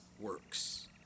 works